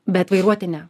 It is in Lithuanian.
bet vairuoti ne